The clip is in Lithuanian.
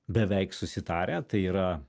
beveik susitarę tai yra